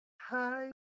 Hi